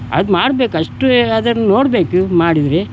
ಅದು ಮಾಡ್ಬೇಕು ಅಷ್ಟು ಅದನ್ನ ನೋಡ್ಬೇಕು ಮಾಡಿದರೆ